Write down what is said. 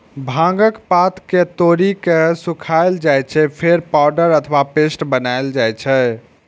भांगक पात कें तोड़ि के सुखाएल जाइ छै, फेर पाउडर अथवा पेस्ट बनाएल जाइ छै